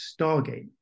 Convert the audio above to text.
Stargate